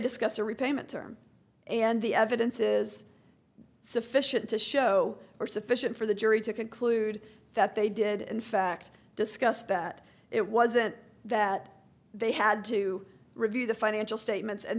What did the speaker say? discuss the repayment term and the evidence is sufficient to show or sufficient for the jury to conclude that they did in fact discuss that it wasn't that they had to review the financial statements and